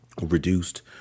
reduced